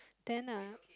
then uh